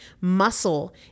Muscle